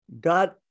God